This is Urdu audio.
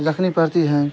رکھنی پڑتی ہیں